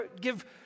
give